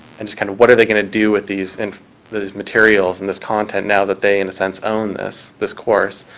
and just, kind of, what are they going to do with these and materials and this content, now that they, in a sense, own this this course?